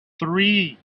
three